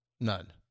None